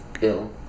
ill